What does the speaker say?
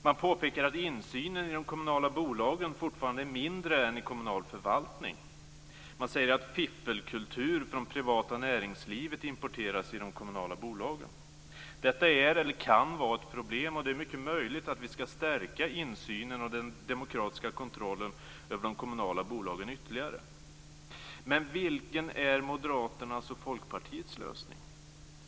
Man påpekar att insynen i de kommunala bolagen fortfarande är mindre än i kommunal förvaltning. Man säger att fiffelkultur från det privata näringslivet importeras i de kommunala bolagen. Detta är eller kan vara ett problem, och det är mycket möjligt att vi skall stärka insynen och den demokratiska kontrollen över de kommunala bolagen ytterligare, men vilken är Moderaternas och Folkpartiets lösning?